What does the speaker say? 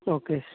okay